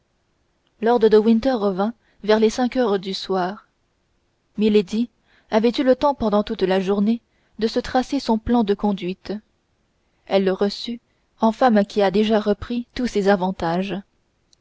lord de winter vint vers les cinq heures du soir milady avait eu le temps pendant toute la journée de se tracer son plan de conduite elle le reçut en femme qui a déjà repris tous ses avantages